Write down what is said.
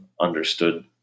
understood